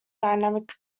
dynamic